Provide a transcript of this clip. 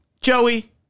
Joey